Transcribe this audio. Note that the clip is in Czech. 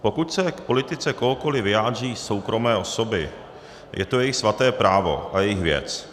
Pokud se k politice kohokoli vyjádří soukromé osoby, je to jejich svaté právo a jejich věc.